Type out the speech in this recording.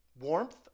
warmth